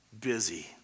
busy